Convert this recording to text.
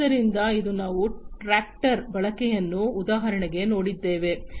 ಆದ್ದರಿಂದ ಇದು ನಾವು ಟ್ರಾಕ್ಟರುಗಳ ಬಳಕೆಯನ್ನು ಉದಾಹರಣೆಗೆ ನೋಡಿದ್ದೇವೆ